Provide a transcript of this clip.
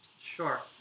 Sure